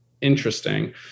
interesting